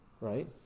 Right